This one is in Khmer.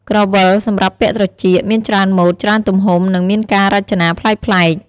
ក្រវិល សម្រាប់ពាក់ត្រចៀក មានច្រើនម៉ូដ ច្រើនទំហំ និងមានការរចនាប្លែកៗ។